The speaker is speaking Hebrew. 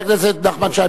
חבר הכנסת נחמן שי,